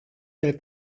del